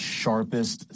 sharpest